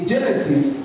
Genesis